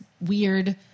weird